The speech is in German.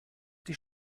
die